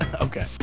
Okay